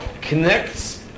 connects